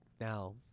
Now